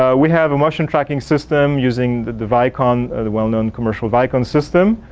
um we have a motion tracking system using the the viacom ah the well known commercial viacom system.